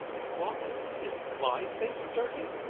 why is my face dirty?